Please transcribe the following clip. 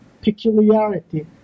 peculiarity